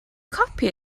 copi